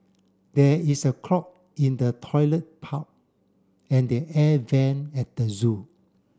there is a clog in the toilet and the air vent at the zoo